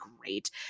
great